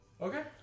Okay